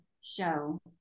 show